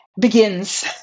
begins